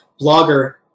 Blogger